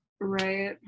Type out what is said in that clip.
right